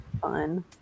Fun